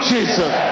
Jesus